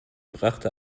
brachte